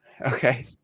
Okay